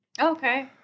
Okay